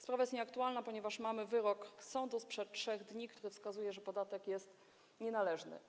Sprawa jest nieaktualna, ponieważ mamy wyrok sądu sprzed 3 dni, który wskazuje, że podatek jest nienależny.